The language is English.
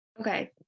okay